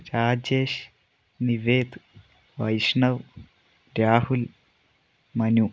Rajesh Nived Vaishnav Rahul Manu